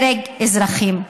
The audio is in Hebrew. הרג אזרחים.